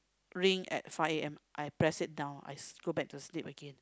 ring at five A_M I press it down I go back to sleep again